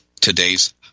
today's